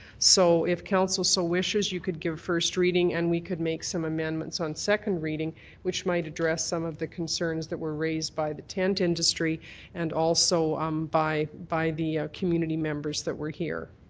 so if council so wishes, you could give first reading and we could make some amendments on second reading which might address some of the concerns that were raised by the tent industry and also um by by the community members that were here.